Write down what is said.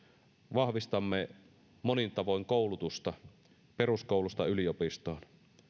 vahvistamme monin tavoin koulutusta peruskoulusta yliopistoon